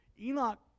Enoch